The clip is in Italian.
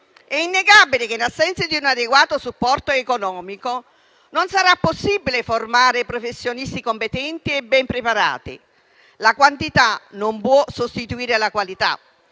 È innegabile che, in assenza di un adeguato supporto economico, non sarà possibile formare professionisti competenti e ben preparati. La quantità non può sostituire la qualità.